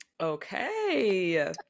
Okay